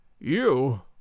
You